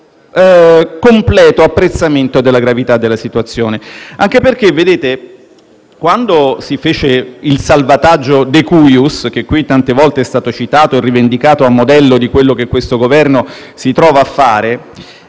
completo apprezzamento della gravità della situazione. D'altra parte, colleghi, quando si fece il salvataggio *de cuius*, che qui tante volte è stato citato e rivendicato a modello di quello che questo Governo si trova a fare,